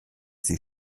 die